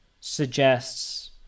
suggests